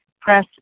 press